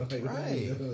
Right